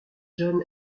john